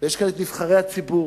ויש כאן נבחרי הציבור,